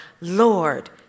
Lord